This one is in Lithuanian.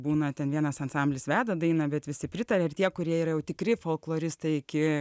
būna ten vienas ansamblis veda dainą bet visi pritaria ir tie kurie yra jau tikri folkloristai iki